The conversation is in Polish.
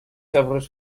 oprócz